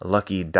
Lucky